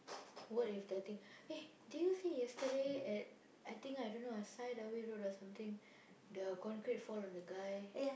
what if the thing eh did you see yesterday at I think I don't know at side a way road or something the concrete fall on the guy